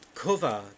cover